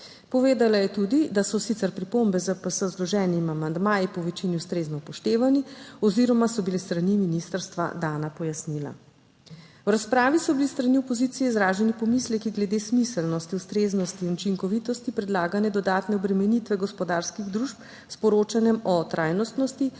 Povedala je tudi, da so sicer pripombe ZPS z vloženimi amandmaji po večini ustrezno upoštevane oziroma so bila s strani ministrstva dana pojasnila. V razpravi so bili s strani opozicije izraženi pomisleki glede smiselnosti, ustreznosti in učinkovitosti predlagane dodatne obremenitve gospodarskih družb s poročanjem o trajnostnosti,